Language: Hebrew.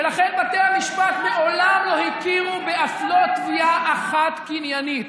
ולכן בתי המשפט מעולם לא הכירו אף לא בתביעה קניינית אחת.